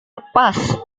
lepas